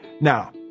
Now